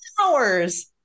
hours